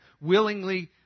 willingly